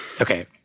Okay